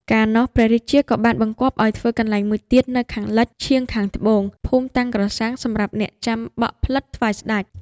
កាលនោះ ព្រះរាជាក៏បានបង្គាប់ឲ្យធ្វើកន្លែងមួយទៀត នៅខាងលិចឈាងខាងត្បូង ភូមិតាំងក្រសាំង សម្រាប់អ្នកចាំបក់ផ្លិតថ្វាយស្ដេច